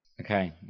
Okay